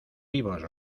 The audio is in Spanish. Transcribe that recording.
vivos